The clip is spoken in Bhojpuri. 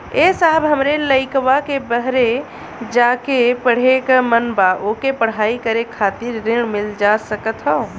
ए साहब हमरे लईकवा के बहरे जाके पढ़े क मन बा ओके पढ़ाई करे खातिर ऋण मिल जा सकत ह?